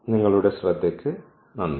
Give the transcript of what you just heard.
നിങ്ങളുടെ ശ്രദ്ധയ്ക്ക് നന്ദി